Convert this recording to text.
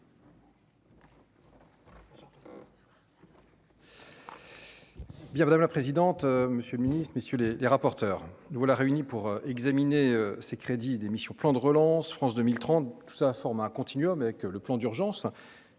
madame la présidente, monsieur Ministre messieurs les rapporteurs, nous voilà réunis pour examiner ces crédits d'émission, plan de relance, France 2030, tout ça forme un continuum et que le plan d'urgence